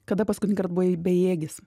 kada paskutinį kart buvai bejėgis